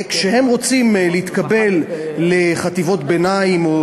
כשהם רוצים להתקבל לחטיבות הביניים או